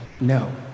no